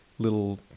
little